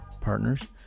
partners